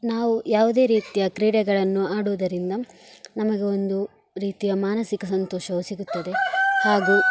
ನಾವು ಯಾವುದೇ ರೀತಿಯ ಕ್ರೀಡೆಗಳನ್ನು ಆಡುವುದರಿಂದ ನಮಗೂ ಒಂದು ರೀತಿಯ ಮಾನಸಿಕ ಸಂತೋಷವು ಸಿಗುತ್ತದೆ ಹಾಗೂ